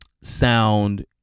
sound